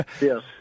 Yes